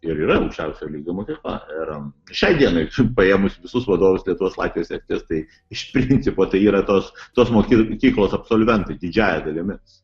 ir yra aukščiausio lygio mokykla ir šiai dienai paėmus visus vadovus lietuvos latvijos estijos iš principo tai yra tos tos mokyklos absolventai didžiąja dalimi